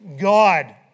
God